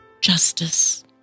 justice